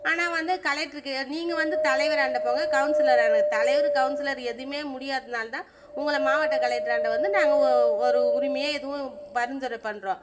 ஆனால் வந்து கலெக்டருக்கு நீங்கள் வந்து தலைவராண்ட போங்க கவுன்சிலராண்ட தலைவர் கவுன்சிலர் எதுவுமே முடியாதனால் தான் உங்களை மாவட்ட கலெக்டராண்ட வந்து நாங்கள் ஓ ஒரு உரிமையாக எதுவும் பரிந்துரை பண்ணுறோம்